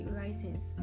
license